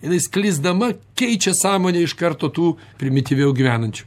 jinai sklisdama keičia sąmonę iš karto tų primityviau gyvenančių